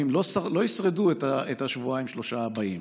לא ישרדו את השבועיים-שלושה הבאים.